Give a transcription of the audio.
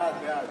התשע"ד 2014,